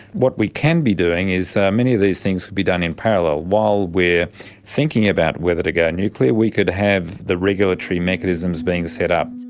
what we can be doing is many of these things can be done in parallel. while we are thinking about whether to go nuclear, we could have the regulatory mechanisms being set up.